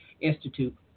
Institute